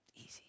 Easy